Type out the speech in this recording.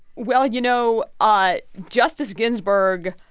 well, you know, ah justice ginsburg,